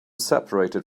separated